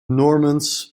normans